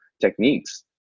techniques